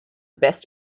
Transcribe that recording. best